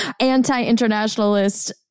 anti-internationalist